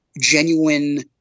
genuine